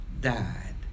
died